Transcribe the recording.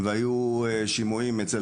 היו שימועים אצל